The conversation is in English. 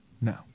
No